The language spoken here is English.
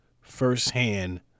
firsthand